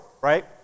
right